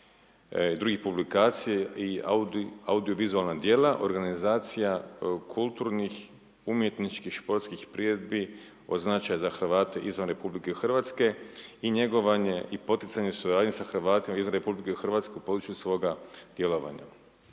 drugih publikacija i audiovizualna djela, organizacija kulturnih umjetničkih, športskih priredbi od značaja za Hrvate izvan Republike Hrvatske i njegovanje i poticanje suradnje sa Hrvatima izvan Republike Hrvatske u području svoga djelovanja.